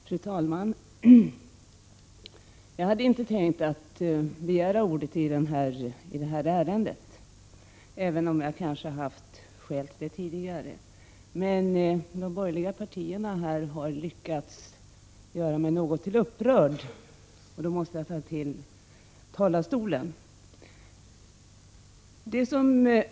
Fru talman! Jag hade inte tänkt begära ordet i detta ärende, även om jag haft skäl till det tidigare. De borgerliga partierna har emellertid lyckats göra mig något upprörd, och jag måste därför gå upp i talarstolen.